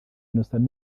innocent